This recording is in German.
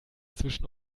zwischen